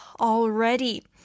already